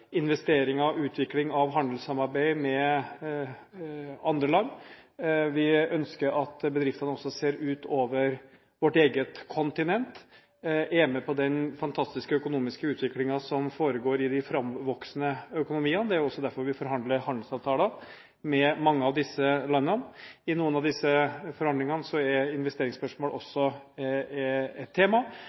investeringer og utvikling av handelssamarbeid med andre land. Vi ønsker at bedriftene også ser utover vårt eget kontinent, og er med på den fantastiske økonomiske utviklingen som foregår i de framvoksende økonomiene. Det er jo også derfor vi forhandler handelsavtaler med mange av disse landene. I noen av disse forhandlingene er investeringsspørsmål også et tema,